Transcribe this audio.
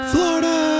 Florida